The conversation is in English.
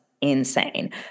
insane